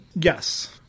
Yes